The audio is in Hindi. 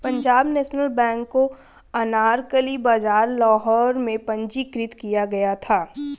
पंजाब नेशनल बैंक को अनारकली बाजार लाहौर में पंजीकृत किया गया था